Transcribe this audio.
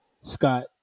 Scott